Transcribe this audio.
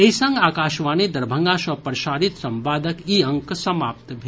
एहि संग आकाशवाणी दरभंगा सँ प्रसारित संवादक ई अंक समाप्त भेल